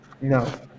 No